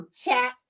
chat